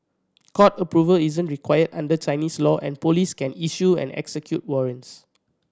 court approval isn't required under Chinese law and police can issue and execute warrants